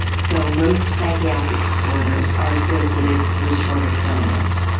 so, most psychiatric disorders are associated with shorter telomeres,